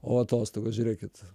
o atostogos žiūrėkit